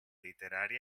literària